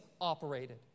operated